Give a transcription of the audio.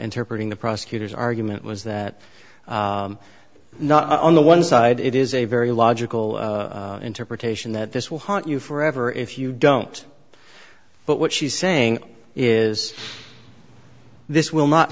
interpreting the prosecutor's argument was that not on the one side it is a very logical interpretation that this will haunt you forever if you don't but what she's saying is this will not